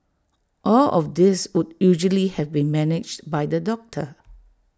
all of this would usually have been managed by the doctor